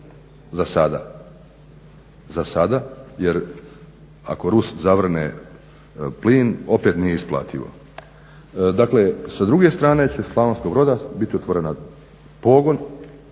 za sada, za sada. Jer ako Rus zavrne plin, opet nije isplativo. Dakle, sa druge strane će Slavonskog broda biti otvorena, pogon